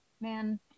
Man